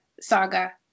saga